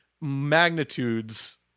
magnitudes